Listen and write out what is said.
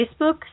Facebook